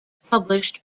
published